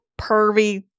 pervy